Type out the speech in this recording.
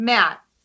Matt